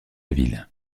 ville